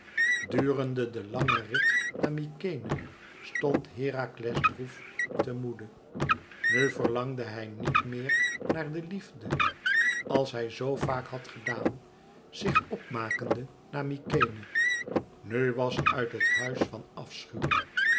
durende den langen rit naar mykenæ stond herakles droef te moede nu verlangde hij niet meer naar de liefde als hij zoo vaak had gedaan zich op makende naar mykenæ nu was uit het huis van